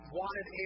wanted